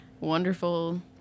wonderful